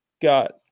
got